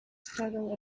struggle